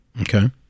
Okay